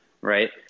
right